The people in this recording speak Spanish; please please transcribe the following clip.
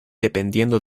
dependiendo